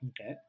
Okay